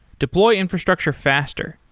deploy infrastructure faster.